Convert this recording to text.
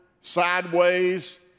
sideways